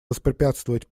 воспрепятствовать